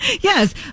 Yes